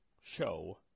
show